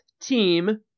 team